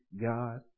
God